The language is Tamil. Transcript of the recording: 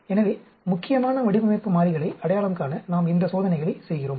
எனவே முக்கியமான வடிவமைப்பு மாறிகளை அடையாளம் காண நாம் இந்த சோதனைகளை செய்கிறோம்